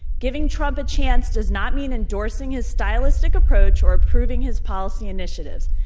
giving trump a chance does not mean endorsing his stylistic approach or approving his policy initiatives,